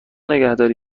نگهداری